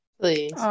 Please